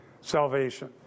salvation